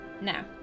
Now